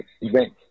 event